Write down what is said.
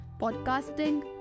podcasting